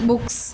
books